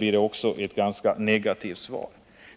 får jag ett ganska negativt svar.